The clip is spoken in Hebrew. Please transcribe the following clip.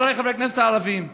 חברי חברי הכנסת הערבים.